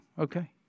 Okay